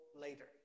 Later